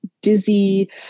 dizzy